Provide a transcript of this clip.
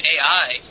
AI